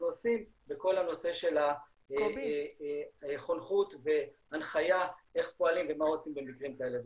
עושים בכל הנושא של החונכות והנחייה איך פועלים ומה עושים במקרים כאלה.